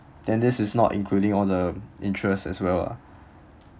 and this is not including all the interest as well lah